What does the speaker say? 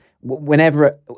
whenever